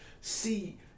see